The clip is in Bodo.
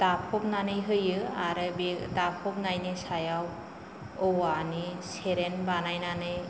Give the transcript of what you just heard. दाफबनानै होयो आरो बियो दाफबनायनि सायाव औवानि सेरेन बानायनानै